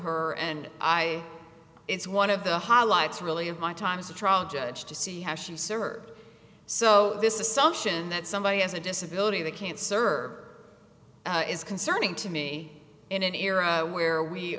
her and i it's one of the highlights really of my time as a trial judge to see how she served so this is something that somebody has a disability that can't serve her is concerning to me in an era where we